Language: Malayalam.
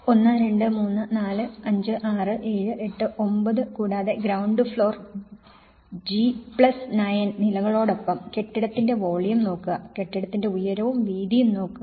1 2 3 4 5 6 7 8 9 കൂടാതെ ഗ്രൌണ്ട് ഫ്ലോർ ജി പ്ലസ് 9 നിലകളോടൊപ്പം കെട്ടിടത്തിന്റെ വോളിയം നോക്കുക കെട്ടിടത്തിന്റെ ഉയരവും വീതിയും നോക്കുക